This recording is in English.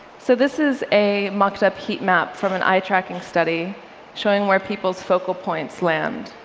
so this is a mocked up heat map from an itracking study showing where people's focal points land.